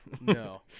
No